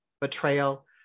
betrayal